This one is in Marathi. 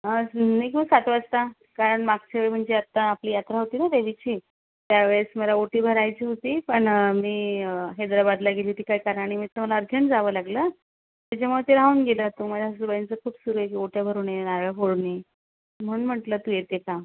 निघू सात वाजता कारण मागच्या वेळी म्हणजे आता आपली यात्रा होती ना देवीची त्यावेळेस मला ओटी भरायची होती पण मी हे जरा बाजूला गेली होती काही कारणानिमित्त मला अर्जंट जावं लागलं त्याच्यामुळं ते राहून गेलं माझा सासूबाईंचा खूप सुरु आहे ओट्या भरून ये नारळ फोडून ये म्हणून म्हटलं तू येते का